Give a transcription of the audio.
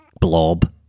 blob